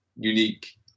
unique